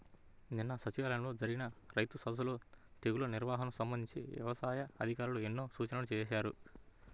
నిన్న సచివాలయంలో జరిగిన రైతు సదస్సులో తెగుల్ల నిర్వహణకు సంబంధించి యవసాయ అధికారులు ఎన్నో సూచనలు చేశారు